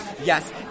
yes